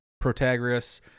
Protagoras